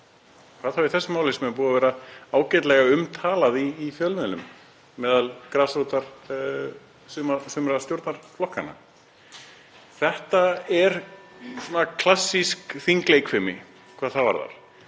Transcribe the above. Það þarf í þessu máli sem er búið að vera ágætlega umtalað í fjölmiðlum meðal grasrótar sumra stjórnarflokkanna. Þetta er svona klassísk þingleikfimi hvað það varðar.